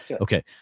Okay